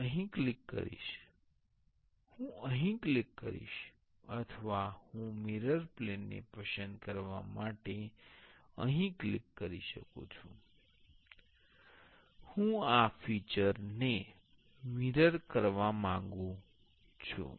હું અહીં ક્લિક કરીશ હું અહીં ક્લિક કરીશ અથવા હું મિરર પ્લેન ને પસંદ કરવા માટે અહીં ક્લિક કરી શકું છું હું આ ફિચર ને મિરર કરવા માંગું છું